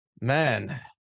man